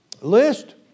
list